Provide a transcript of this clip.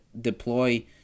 deploy